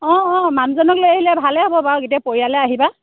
অ' অ' মানুহজনক লৈ আহিলে ভালে হ'ব বাৰু গোটেই পৰিয়ালে আহিবা